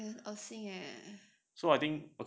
!ee! 恶心 leh